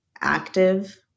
active